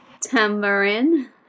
Tamarind